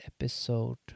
episode